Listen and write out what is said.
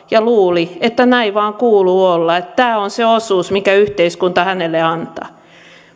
ja luuli että näin vain kuuluu olla että tämä on se osuus minkä yhteiskunta hänelle antaa